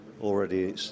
already